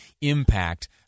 impact